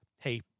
hey